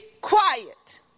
quiet